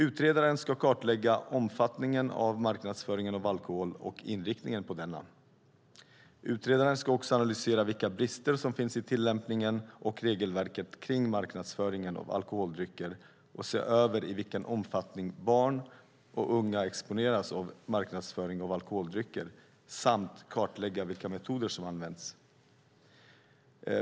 Utredaren ska kartlägga omfattningen av marknadsföringen av alkohol och inriktningen på denna. Utredaren ska också analysera vilka brister som finns i tillämpningen och regelverket för marknadsföringen av alkoholdrycker och se över i vilken omfattning barn och unga exponeras för marknadsföring av alkoholdrycker samt kartlägga vilka metoder som används.